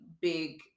big